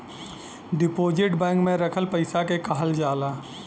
deposit bank में रखल पइसा के कहल जाला